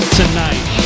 tonight